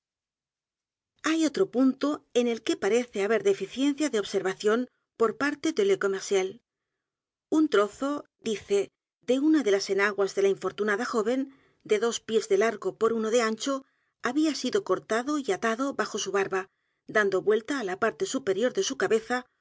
hay otro punto en el que parece haber deficiencia de observación por parte de le commerciel un trozo dice de una de las enaguas de la infortunada joven de dos pies de largo por uno de ancho había sido cortado y atado bajo su barba dando vuelta á la p a r t e superior de su cabeza